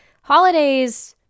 holidays